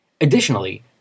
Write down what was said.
Additionally